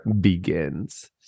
begins